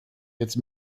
jetzt